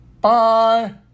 bye